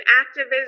activism